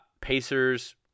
pacers